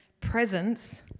presence